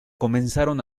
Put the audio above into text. comenzaron